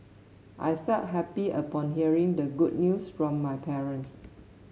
I felt happy upon hearing the good news from my parents